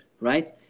right